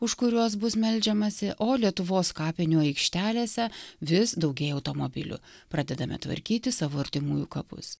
už kuriuos bus meldžiamasi o lietuvos kapinių aikštelėse vis daugėja automobilių pradedame tvarkyti savo artimųjų kapus